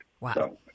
Wow